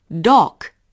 Dock